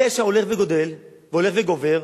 הפשע הולך וגדל, הולך וגובר,